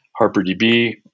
HarperDB